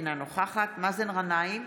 אינה נוכחת מאזן גנאים,